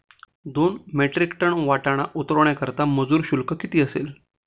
दोन metric ton वाटाणा उतरवण्याकरता मजूर शुल्क किती असेल?